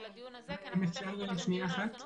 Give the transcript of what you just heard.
מילה אחת?